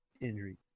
injury